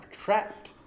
trapped